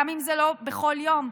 גם אם זה לא בכל יום.